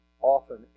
often